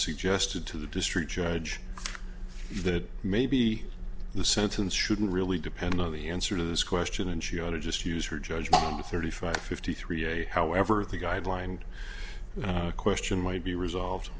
suggested to the district judge that maybe the sentence shouldn't really depend on the answer to this question and she ought to just use her judgment on the thirty five fifty three a however the guideline question might be resolved